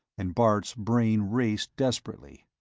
and bart's brain raced desperately,